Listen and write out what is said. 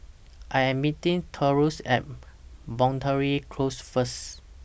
I Am meeting Taurus At Boundary Close First